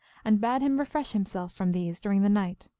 and bade him refresh himself from these during the night,